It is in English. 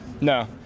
No